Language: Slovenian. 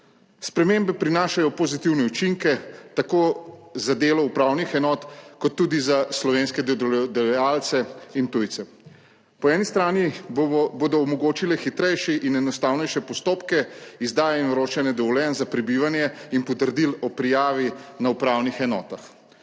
Spremembe prinašajo pozitivne učinke, tako za delo upravnih enot kot tudi za slovenske delodajalce in tujce. Po eni strani bodo omogočile hitrejše in enostavnejše postopke izdaje in vročanja dovoljenj za prebivanje in potrdil o prijavi na upravnih enotah,